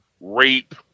rape